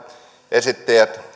esittäjät